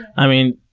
i mean,